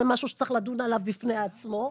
זה משהו שצריך לדון עליו בפני עצמו.